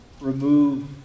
remove